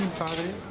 party